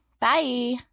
Bye